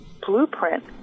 blueprint